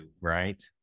right